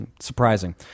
Surprising